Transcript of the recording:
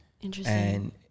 Interesting